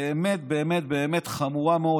באמת באמת באמת חמורה מאוד.